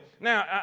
Now